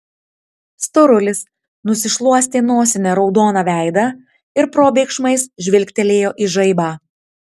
storulis nusišluostė nosine raudoną veidą ir probėgšmais žvilgtelėjo į žaibą